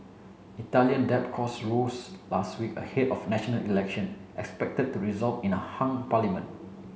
Italian debt costs rose last week ahead of national election expected to result in a hung parliament